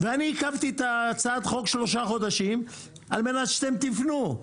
ואני עיכבתי את הצעת החוק שלושה חודשים על מנת שאתם תפנו,